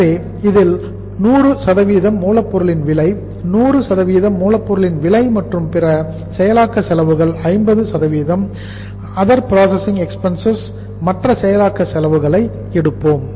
எனவே இதில் 100 மூலப் பொருளின் விலை 100 மூலப் பொருளின் விலை மற்றும் பிற செயலாக்க செலவுகளை 50 அதர் ப்ராசசிங் எக்பென்சஸ் அதாவது மற்ற செயலாக்க செலவுகளை எடுப்போம்